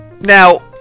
Now